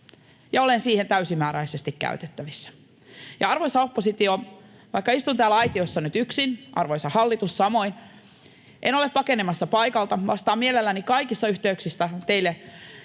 olen siihen täysimääräisesti käytettävissä. Ja arvoisa oppositio, arvoisa hallitus samoin, vaikka istun täällä aitiossa nyt yksin, en ole pakenemassa paikalta. Vastaan mielelläni kaikissa yhteyksissä teiltä